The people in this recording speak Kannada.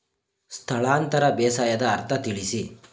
ಸ್ಥಳಾಂತರ ಬೇಸಾಯದ ಅರ್ಥ ತಿಳಿಸಿ?